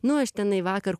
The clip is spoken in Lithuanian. nu aš tenai vakar